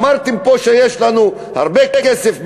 אמרתם פה שיש לנו הרבה כסף,